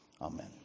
Amen